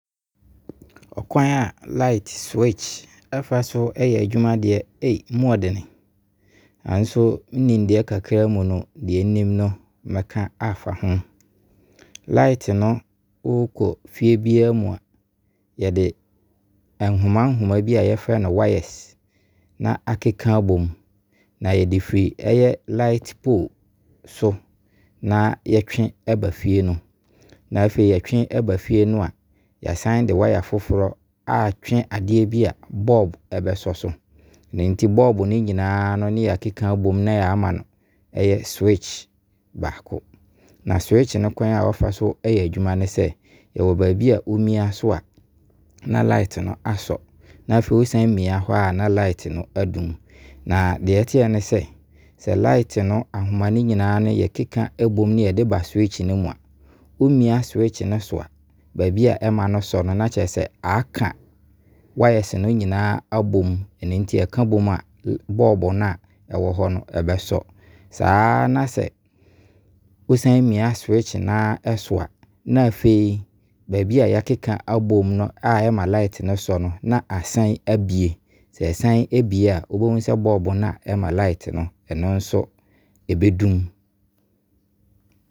Ɔkwan a light switch ɛfa so yɛ adwuma deɛ mu ɔden. Nanso me nimdeɛ kakra mu no deɛ nnim no mɛka afa ho. Light no wo kɔ fie biara mu a yɛde ɛhomanhoma bi a yɛfrɛ no wires na akeka abom. Na yɛde firi ɛyɛ light pole so na yɛatwe ɛba fie no. Na afei, yɛtwe ɛba fie no a, yɛasane de wire foforɔ atwe adeɛ bi a bulb ɛbɛ sɔ so. Ɛno nti bulb no nyinaa no na yɛakeka abom na yɛ ama no ɛyɛ switch baako. Na switch no kwan a ɔfa so ɛyɛ adwuma ne sɛ ɔwɔ baabi a wo mia so a na light no asɔ Na afei' wosane mia hɔ a na light no adum. Na deɛ ɛteɛ ne sɛ sɛ light no ahoma no nyinaa na yɛkeka bom na yɛde ba switch no mu a, wo mia switch no so a baabi a ɛma no ɛsɔ no na kyerɛ sɛ aka wires no nyinaa abom Ɛno nti ɛka bom a bulb no a ɛwɔ hɔ no ɛbɛsɔ. Saa na sɛ wo sane mia ɛyɛ switch no ɛso a na afei baabi a yɛakeka abom no a ɛma light no ɛsɔ no na asan abue. Ɛsane ɛbue wobɛhunu sɛ bulb no a ɛma light no pno nso bɛdum.